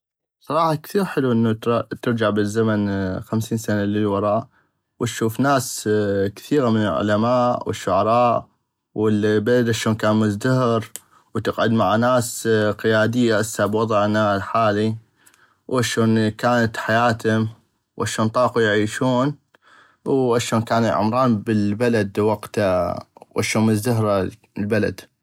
بصراحة كثيغ حلو انو ترجع بل الزمن خمسين سنة للوراء واشوف ناس كثيغة من العلماء والشعراء والبلد اشون كان مزدهر وتقعد مع ناس قيادي هسه بوضعنا واشون كانت حياتم واشون طاقو يعيشون واشون كان العمران بل البلد وقتا واشون مزدهرة البلد.